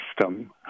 system